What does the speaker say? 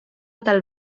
dal